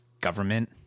government